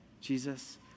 Jesus